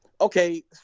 Okay